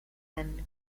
and